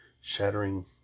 shattering